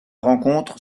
rencontre